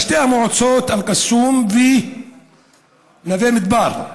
בשתי מועצות, אל-קסום ונווה מדבר,